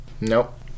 Nope